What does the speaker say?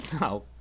no